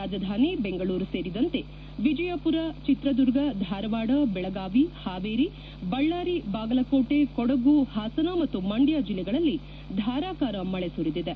ರಾಜಧಾನಿ ಬೆಂಗಳೂರು ಸೇರಿದಂತೆ ವಿಜಯಪುರ ಚಿತ್ರದುರ್ಗ ಧಾರವಾಡ ಬೆಳಗಾವಿ ಹಾವೇರಿ ಬಳ್ದಾರಿ ಬಾಗಲಕೋಟೆ ಕೊಡಗು ಹಾಸನ ಮತ್ತು ಮಂಡ್ಣ ಜಿಲ್ಲೆಗಳಲ್ಲಿ ಧಾರಾಕಾರ ಮಳೆ ಸುರಿದಿದೆ